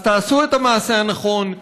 אז תעשו את המעשה הנכון,